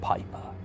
Piper